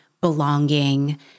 belonging